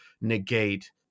negate